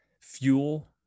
Fuel